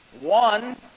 One